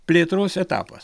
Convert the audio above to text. plėtros etapas